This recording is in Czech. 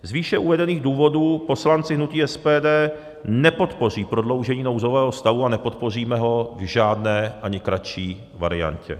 Z výše uvedených důvodů poslanci hnutí SPD nepodpoří prodloužení nouzového stavu a nepodpoříme ho v žádné, ani kratší variantě.